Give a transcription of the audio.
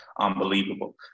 unbelievable